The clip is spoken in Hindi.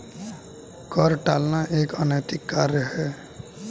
कर टालना एक अनैतिक कार्य है